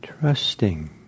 trusting